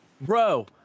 Bro